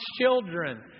children